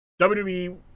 WWE